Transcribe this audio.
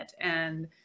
And-